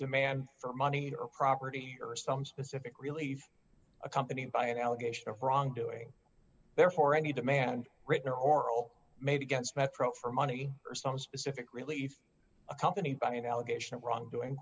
demand for money or property or some specific relief accompanied by an allegation of wrongdoing therefore any demand written or oral made against metro for money or some specific release a company i mean the allegation of wrongdoing